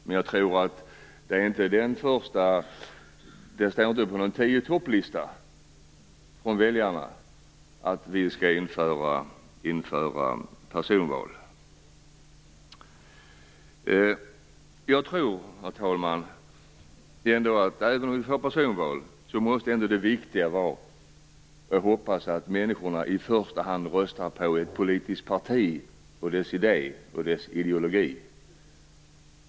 Men jag tror inte att det står på någon tio-i-topp-lista från väljarna att vi skall införa personval. Herr talman! Även om vi får personval måste det viktiga vara att människorna i första hand röstar på ett politiskt parti och dess idé och ideologi.